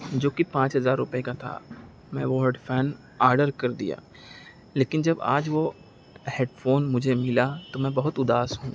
جو کہ پانچ ہزار روپے کا تھا میں وہ ہیڈ فین آڈر کر دیا لیکن جب آج وہ ہیڈ فون مجھے ملا تو میں بہت اداس ہوں